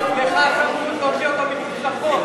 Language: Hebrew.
לך יש סמכות להוציא אותו מחוץ לחוק.